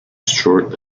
short